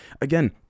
again